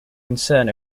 concern